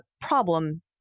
problem